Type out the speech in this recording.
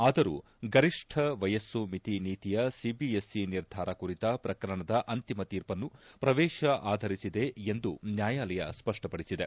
ಆದರೂ ಗರಿಷ್ಟ ವಯಸ್ಸು ಮಿತಿ ನೀತಿಯ ಸಿಬಿಎಸ್ಇ ನಿರ್ಧಾರ ಕುರಿತ ಪ್ರಕರಣದ ಅಂತಿಮ ತೀರ್ಪನ್ನು ಪ್ರವೇಶ ಆಧರಿಸಿದೆ ಎಂದು ನ್ಯಾಯಾಲಯ ಸ್ಪಷ್ಟಪಡಿಸಿದೆ